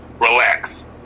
relax